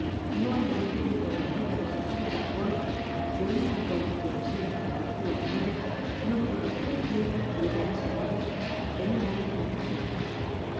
no hay hombre que con la ayuda de su sola razon de una razon que observa calcula y mide no pueda con el tiempo llegar á ser bábil en un arte mecánico